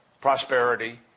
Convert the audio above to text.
prosperity